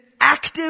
active